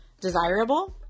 desirable